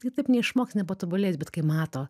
gi taip neišmoks nepatobulės bet kai mato